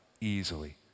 easily